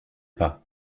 pas